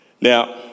Now